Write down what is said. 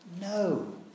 No